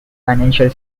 financial